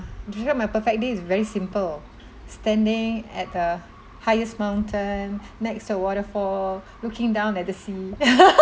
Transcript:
describe my perfect day is very simple standing at the highest mountain next to a waterfall looking down at the sea